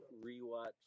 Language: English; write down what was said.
re-watch